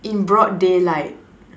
in broad daylight